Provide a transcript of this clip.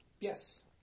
yes